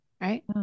Right